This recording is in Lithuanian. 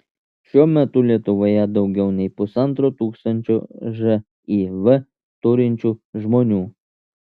šiuo metu lietuvoje daugiau nei pusantro tūkstančio živ turinčių žmonių